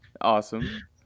Awesome